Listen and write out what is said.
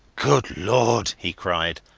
good lord! he cried,